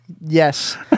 Yes